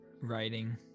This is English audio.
writing